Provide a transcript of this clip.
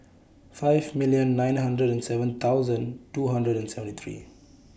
five million nine hundred and seven thousand two hundred and seventy three